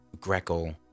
Greco